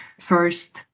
first